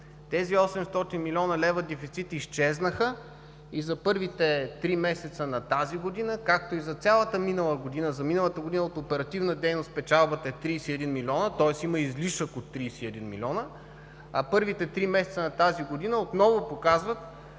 Тези 800 милиона дефицит изчезнаха и за първите три месеца на тази година, както и за цялата минала година – за миналата година от оперативна дейност печалбата е 31 милиона, тоест има излишък от 31 милиона, а първите три месеца на тази година отново показват